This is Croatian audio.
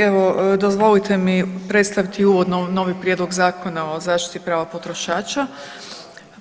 Evo dozvolite mi predstaviti uvodno novi Prijedlog zakona o zaštiti prava potrošača